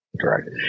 Correct